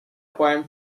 poem